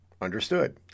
Understood